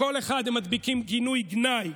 לכל אחד הם מדביקים כינוי גנאי.